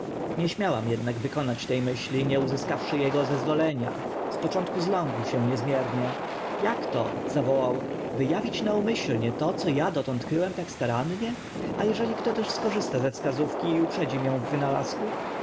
nie śmiałam ednak wykonać te myśli nie uzyskawszy ego zezwolenia z początku zląkł się niezmiernie jak to zawołał wy awiać naumyślnie to co a dotąd kryłem tak starannie a eśli też kto skorzysta ze wskazówki i uprzedzi mię w wynalazku